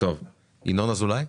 ינון אזולאי?